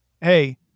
hey